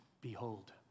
Behold